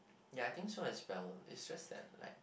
ya I think so as well it just that like